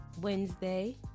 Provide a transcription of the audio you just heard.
Wednesday